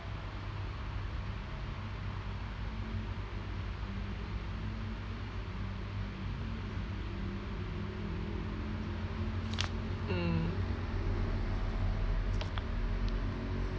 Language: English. mm